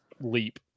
leap